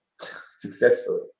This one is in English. successfully